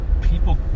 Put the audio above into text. people